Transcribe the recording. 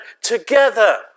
together